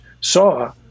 saw